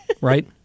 right